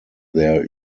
their